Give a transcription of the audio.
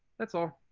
that's all.